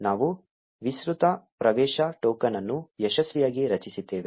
ನಾವು ವಿಸ್ತೃತ ಪ್ರವೇಶ ಟೋಕನ್ ಅನ್ನು ಯಶಸ್ವಿಯಾಗಿ ರಚಿಸಿದ್ದೇವೆ